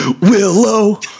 Willow